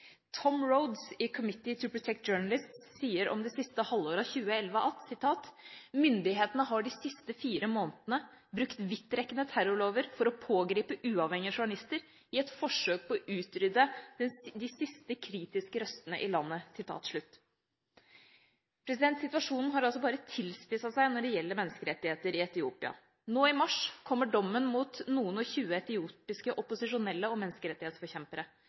Tom Rhodes i Committee to Protect Journalists sier om siste halvår av 2011 at myndighetene de siste fire månedene har brukt vidtrekkende terrorlover for å pågripe uavhengige journalister i et forsøk på å utrydde de siste kritiske røstene i landet. Situasjonen har altså bare tilspisset seg når det gjelder menneskerettigheter i Etiopia. Nå i mars kommer dommen mot noen-og-tjue etiopiske opposisjonelle og menneskerettighetsforkjempere.